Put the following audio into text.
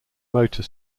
motor